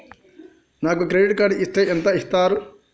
నాకు credit card ఇస్తే ఎంత ఇస్తరు?